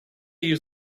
use